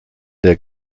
der